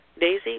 Daisy